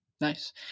nice